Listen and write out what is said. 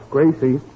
Gracie